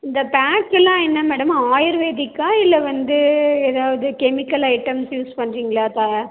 இந்த பேக்கெல்லாம் என்ன மேடம் ஆயுர்வேதிக்கா இல்லை வந்து ஏதாவது கெமிக்கல் ஐட்டம்ஸ் யூஸ் பண்ணுறிங்களா த